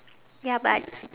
ya but